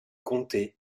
comté